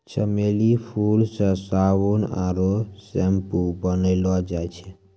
चमेली फूल से साबुन आरु सैम्पू बनैलो जाय छै